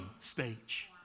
stage